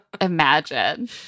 Imagine